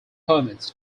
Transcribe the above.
permits